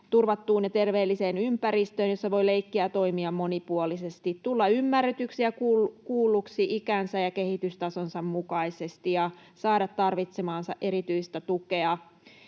turvattuun ja terveelliseen ympäristöön, jossa voi leikkiä ja toimia monipuolisesti, tulla ymmärretyksi ja kuulluksi ikänsä ja kehitystasonsa mukaisesti ja saada tarvitsemaansa erityistä tukea.